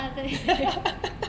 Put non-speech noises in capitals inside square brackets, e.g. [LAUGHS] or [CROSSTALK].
ah 对 [LAUGHS]